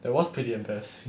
that was pretty embarrassing